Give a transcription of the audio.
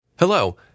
Hello